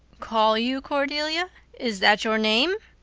call you cordelia? is that your name?